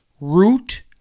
root